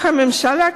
אך הממשלה,